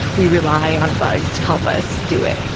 we rely on bugs to help us do it.